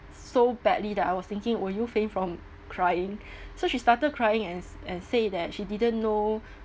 so badly that I was thinking will you faint from crying so she started crying and s~ and say that she didn't know